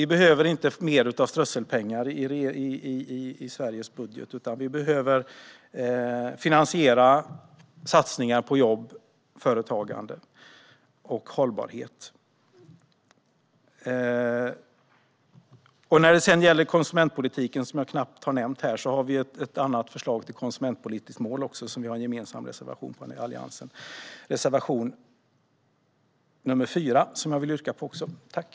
Det behövs inte mer strösselpengar i Sveriges budget, utan det behövs en finansiering av satsningar på jobb, företagande och hållbarhet. Jag har knappt nämnt konsumentpolitiken. Vi har ett förslag till konsumentpolitiskt mål i en gemensam reservation från Alliansen, reservation nr 4, som jag yrkar bifall till.